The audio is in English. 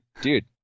dude